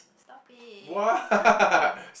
stop it